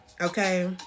Okay